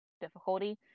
difficulty